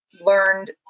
learned